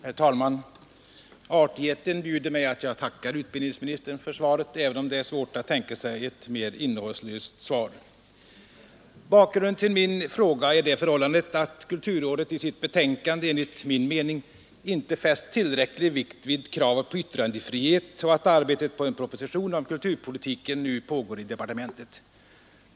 Herr talman! Artigheten bjuder mig att tacka utbildningsministern för svaret, även om det är svårt att tänka sig ett mer innehållslöst svar. Bakgrunden till min fråga är det förhållandet att kulturrådet i sitt betänkande enligt min uppfattning inte fäst tillräcklig vikt vid kravet på yttrandefrihet och att arbetet på en proposition om kulturpolitiken nu pågår i departementet.